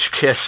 kiss